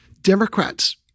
Democrats